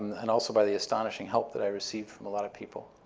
and also by the astonishing help that i received from a lot of people.